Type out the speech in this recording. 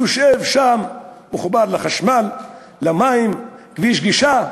יושב שם מחובר לחשמל, למים, כביש גישה.